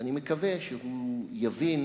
ואני מקווה שהוא יבין